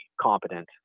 competent